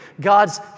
God's